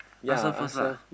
ask her first lah